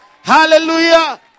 Hallelujah